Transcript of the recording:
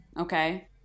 Okay